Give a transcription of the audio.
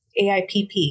AIPP